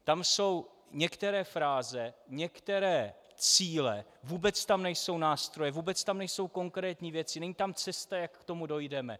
Tam jsou některé fráze, některé cíle, vůbec tam nejsou nástroje, vůbec tam nejsou konkrétní věci, není tam cesta, jak k tomu dojdeme.